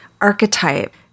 archetype